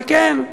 וכן,